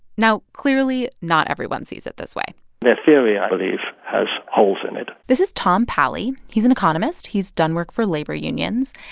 now, clearly, not everyone sees it this way the theory, i believe, has holes in it this is tom palley. he's an economist. he's done work for labor unions.